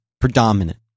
predominant